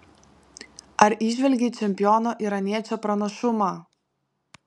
ar įžvelgei čempiono iraniečio pranašumą